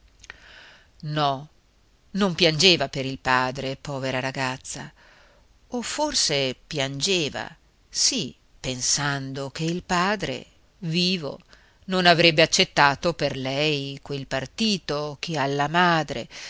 no non piangeva per il padre povera ragazza o forse piangeva sì pensando che il padre vivo non avrebbe accettato per lei quel partito che alla madre